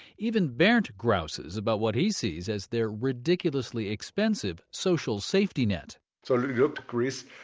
even bernd grouses about what he sees as their ridiculously expensive social safety net so you look to greece.